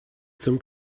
zum